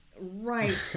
Right